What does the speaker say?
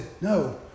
no